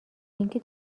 اینکه